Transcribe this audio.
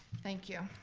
thank you.